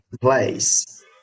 place